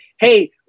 hey